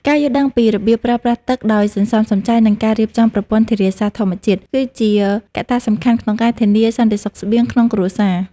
ការយល់ដឹងពីរបៀបប្រើប្រាស់ទឹកដោយសន្សំសំចៃ និងការរៀបចំប្រព័ន្ធធារាសាស្ត្រធម្មជាតិ គឺជាកត្តាសំខាន់ក្នុងការធានាសន្តិសុខស្បៀងក្នុងគ្រួសារ។